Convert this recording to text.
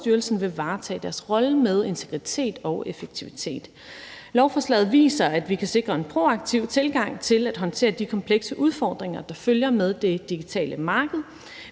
Forbrugerstyrelsen vil varetage deres rolle med integritet og effektivitet. Lovforslaget viser, at vi kan sikre en proaktiv tilgang til at håndtere de komplekse udfordringer, der følger med det digitale marked.